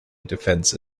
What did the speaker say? defense